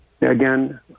again